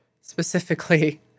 specifically